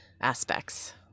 aspects